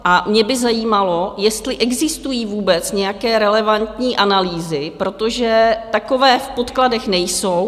A mě by zajímalo, jestli existují vůbec nějaké relevantní analýzy, protože takové v podkladech nejsou.